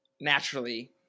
naturally